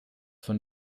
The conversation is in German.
von